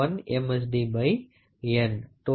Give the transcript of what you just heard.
C Where M